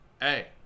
Hey